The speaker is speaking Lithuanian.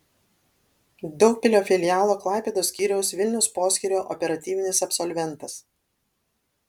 daugpilio filialo klaipėdos skyriaus vilniaus poskyrio operatyvinis absolventas